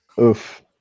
Oof